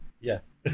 Yes